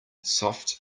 soft